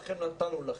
נתנו לכם.